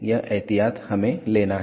यह एहतियात हमें लेना है